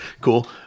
cool